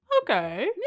Okay